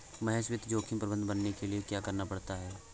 महेश वित्त जोखिम प्रबंधक बनने के लिए क्या करना पड़ता है?